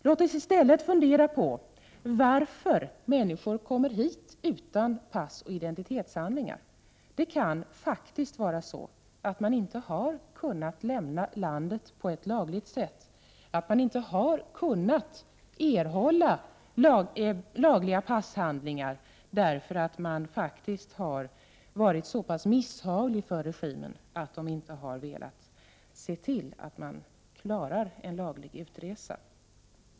Låt oss i stället fundera över varför människor kommer hit utan pass och identitetshandlingar. Det kan faktiskt vara så att man inte har kunnat lämna det land från vilket man kommer på ett lagligt sätt, att man inte har kunnat erhålla lagliga passhandlingar därför att man har varit så misshaglig för regimen att denna inte velat se till att man klarar en laglig utresa.